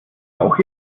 auch